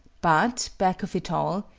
but back of it all,